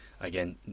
Again